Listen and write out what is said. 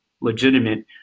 legitimate